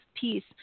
peace